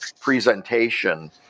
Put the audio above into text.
presentation